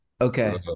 okay